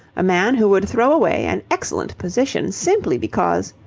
a man who would throw away an excellent position simply because.